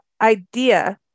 idea